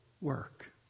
work